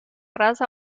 raza